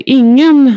ingen